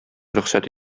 рөхсәт